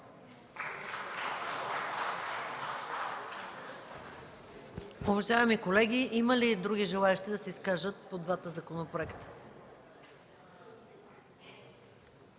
Уважаеми колеги, има ли други желаещи да се изкажат по двата законопроекта?